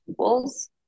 tools